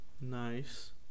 Nice